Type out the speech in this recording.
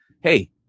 hey